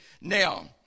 Now